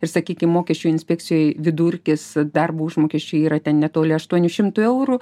ir sakykim mokesčių inspekcijoj vidurkis darbo užmokesčio yra ten netoli aštuonių šimtų eurų